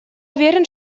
уверен